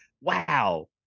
wow